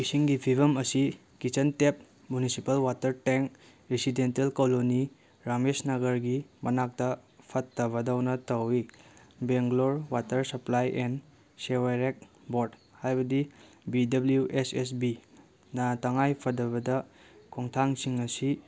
ꯏꯁꯤꯡꯒꯤ ꯐꯤꯕꯝ ꯑꯁꯤ kitchen tap municipal water tank residential colony Ramesh ꯅꯥꯒꯔꯒꯤ ꯃꯅꯥꯛꯇ ꯐꯠꯇꯕꯗꯧꯅ ꯇꯧꯋꯤ Bangalore water supply and sewerage board ꯍꯥꯏꯕꯗꯤ ꯕꯤ ꯗꯕꯂꯤꯎ ꯑꯦꯁ ꯑꯦꯁ ꯕꯤꯅ ꯇꯉꯥꯏ ꯐꯗꯕꯗ ꯈꯣꯡꯊꯥꯡꯁꯤꯡ ꯑꯁꯤ